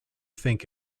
think